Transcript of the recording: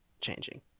changing